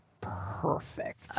perfect